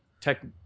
Tech